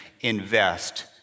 invest